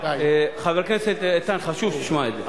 חבר הכנסת איתן, חשוב שתשמע את זה.